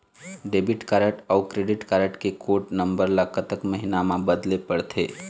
Debit card अऊ credit card के code number ला कतक महीना मा बदले पड़थे?